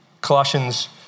Colossians